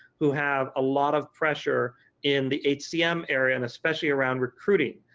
who have a lot of pressure in the hcm area and especially around recruiting.